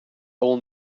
all